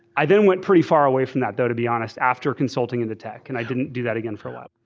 i then went pretty far away from that, though, to be honest, after consulting in the tech and i didn't do that again for a while.